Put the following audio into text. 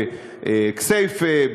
בכסייפה,